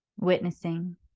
Witnessing